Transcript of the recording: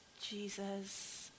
Jesus